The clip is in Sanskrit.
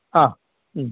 आम् अम्